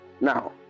now